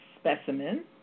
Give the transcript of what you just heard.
specimen